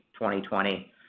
2020